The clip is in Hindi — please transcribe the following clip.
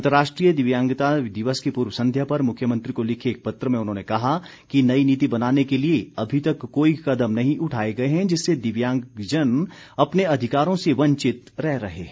अंतर्राष्ट्रीय दिव्यांगता दिवस की पूर्व संध्या पर मुख्यमंत्री को लिखे एक पत्र में उन्होंने कहा कि नई नीति बनाने के लिए अभी तक कोई कदम नहीं उठाए गए हैं जिससे दिव्यांगजन अपने अधिकारों से वंचित रह रहे हैं